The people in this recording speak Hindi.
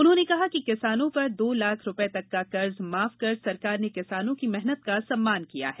उन्होंने कहा कि किसानों पर दो लाख रुपए तक का कर्ज माफ कर सरकार ने किसानों की मेहनत का सम्मान किया है